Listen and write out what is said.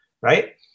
right